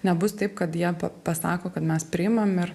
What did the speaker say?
nebus taip kad jie pa pasako kad mes priimam ir